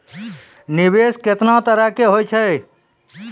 निवेश केतना तरह के होय छै?